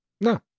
No